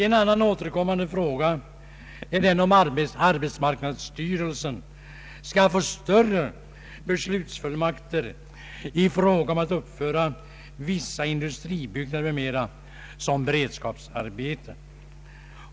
En annan återkommande fråga är den om arbetsmarknadsstyrelsen skall få större beslutsfullmakter i fråga om att uppföra vissa industribyggnader m.m. som beredskapsarbete.